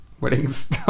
weddings